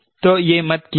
तो यह मत कीजिए